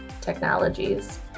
technologies